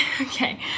okay